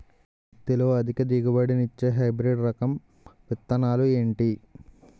పత్తి లో అధిక దిగుబడి నిచ్చే హైబ్రిడ్ రకం విత్తనాలు ఏంటి